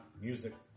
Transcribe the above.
music